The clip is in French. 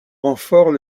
renforts